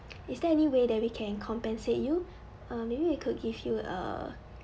is there any way that we can compensate you uh maybe we could give you a